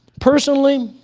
personally,